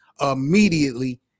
immediately